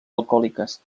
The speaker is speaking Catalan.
alcohòliques